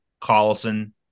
Collison